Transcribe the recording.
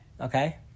Okay